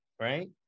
right